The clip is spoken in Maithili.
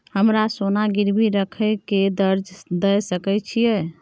हमरा सोना गिरवी रखय के कर्ज दै सकै छिए?